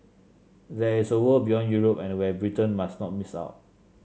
there is a world beyond Europe and where Britain must not miss out